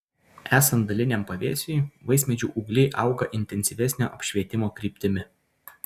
esant daliniam pavėsiui vaismedžių ūgliai auga intensyvesnio apšvietimo kryptimi